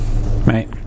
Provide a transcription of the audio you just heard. right